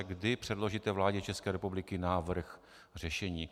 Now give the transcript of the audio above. Kdy předložíte vládě České republiky návrh řešení?